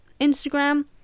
Instagram